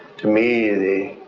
to me the